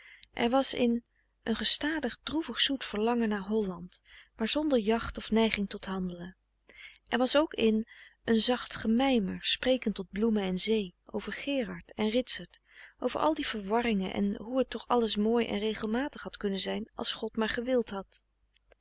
er was in een gestadig droevig zoet verlangen frederik van eeden van de koele meren des doods naar holland maar zonder jacht of neiging tot handelen er was ook in een zacht gemijmer sprekend tot bloemen en zee over gerard en ritsert over al die verwarringen en hoe het toch alles mooi en regelmatig had kunnen zijn als god maar gewild had